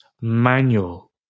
manual